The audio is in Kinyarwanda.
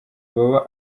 baba